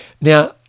Now